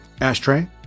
ashtray